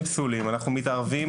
אנחנו מתערבים